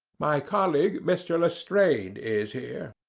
my colleague, mr. lestrade, is here.